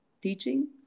teaching